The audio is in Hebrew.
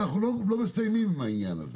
אנחנו לא מסיימים עם העניין הזה.